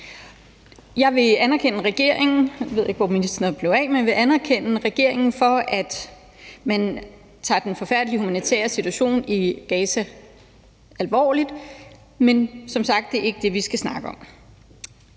hvor ministeren blev af – at man tager den forfærdelige humanitære situation i Gaza alvorligt, men det er som sagt ikke det, vi skal snakke om.